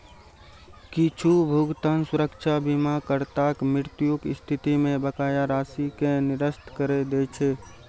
किछु भुगतान सुरक्षा बीमाकर्ताक मृत्युक स्थिति मे बकाया राशि कें निरस्त करै दै छै